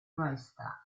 maestà